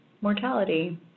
mortality